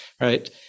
right